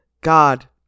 God